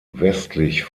westlich